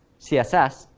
css,